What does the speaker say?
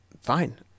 fine